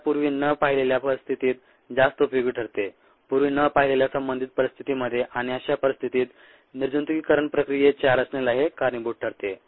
हे या पूर्वी न पाहिलेल्या परिस्थितीत जास्त उपयोगी ठरते पूर्वी न पाहिलेल्या संबंधित परिस्थितींमध्ये आणि अशा परिस्थितीत निर्जंतुकीकरण प्रक्रियेच्या रचनेला हे कारणीभूत ठरते